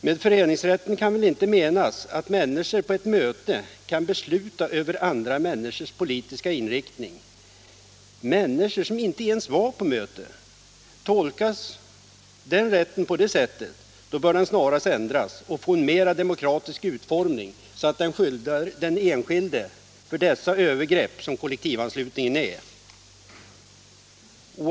Med föreningsrätten kan väl inte menas att människor på ett möte kan besluta över andra människors politiska inriktning, människor som inte ens är med på mötet. Tolkas föreningsrätten på det sättet bör den snarast ändras och få en mer demokratisk utformning, så att den skyddar den enskilde mot det övergrepp som kollektivanslutningen är.